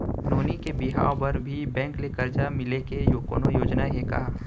नोनी के बिहाव बर भी बैंक ले करजा मिले के कोनो योजना हे का?